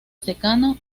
secano